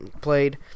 played